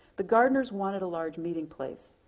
the gardeners wanted a large meeting place.